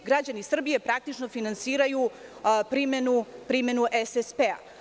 Građani Srbije praktično finansiraju primenu SSP.